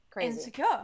insecure